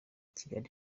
kigali